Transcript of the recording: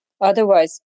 Otherwise